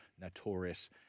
notorious